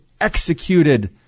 executed